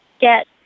get